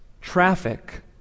Traffic